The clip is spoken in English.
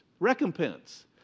Recompense